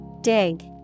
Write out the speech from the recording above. Dig